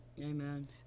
Amen